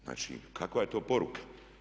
Znači, kakva je to poruka?